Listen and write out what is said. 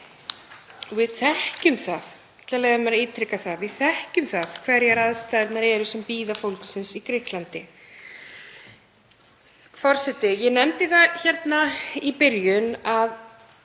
Við þekkjum hverjar aðstæðurnar eru sem bíða fólksins í Grikklandi. Forseti. Ég nefndi það í byrjun að